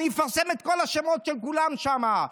אני אפרסם את כל השמות של כולם שם,